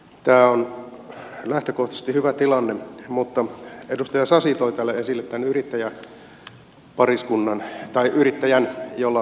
tämä on lähtökohtaisesti hyvä tilanne mutta edustaja sasi toi täällä esille tämän yrittäjän jolla on se verstas